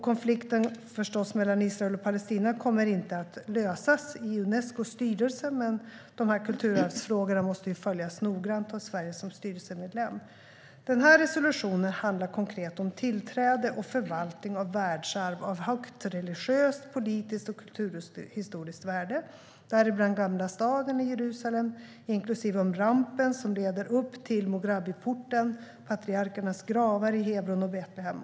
Konflikten mellan Israel och Palestina kommer förstås inte att lösas i Unescos styrelse, men de här kulturarvsfrågorna måste ju följas noggrant av Sverige som styrelsemedlem. Den här resolutionen handlar konkret om tillträde och förvaltning av världsarv av högt religiöst, politiskt och kulturhistoriskt värde, däribland gamla staden i Jerusalem inklusive rampen som leder upp till Mugrabiporten och patriarkernas gravar i Hebron och Betlehem.